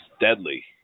deadly